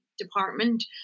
department